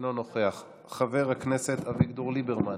אינו נוכח, חבר הכנסת אביגדור ליברמן,